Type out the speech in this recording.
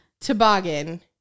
Toboggan